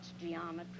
Geometry